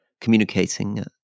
communicating